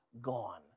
gone